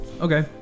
Okay